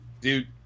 Dude